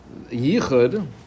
yichud